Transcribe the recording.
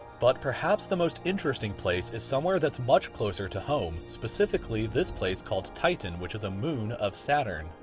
but perhaps the most interesting place is somewhere that's much closer to home. specifically, this place called titan, which is a moon of saturn.